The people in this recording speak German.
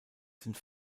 sind